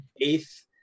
eighth